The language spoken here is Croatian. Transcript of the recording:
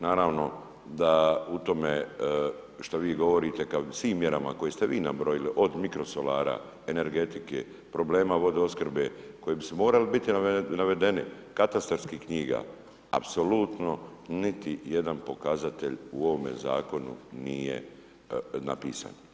Naravno da u tome što vi govorite kad u svim mjerama koje ste vi nabrojali, od mikrosolara, energetike, problema vodoopskrbe koji bi morali biti navedeni, katastarskih knjiga, apsolutno niti jedan pokazatelj u ovome zakonu nije napisan.